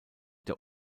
der